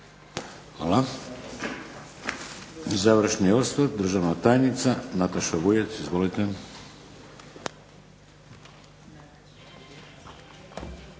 Hvala. Završni osvrt, državna tajnica Nataša Vujec. Izvolite.